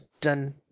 done